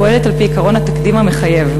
פועלת על-פי עקרון "התקדים המחייב".